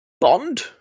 Bond